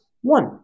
One